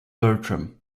bertram